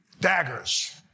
daggers